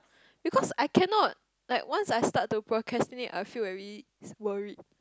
because I cannot like once I start to procrastinate I'll feel very worried